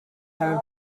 have